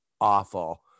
awful